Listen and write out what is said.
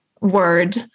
word